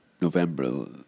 November